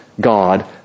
God